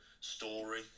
story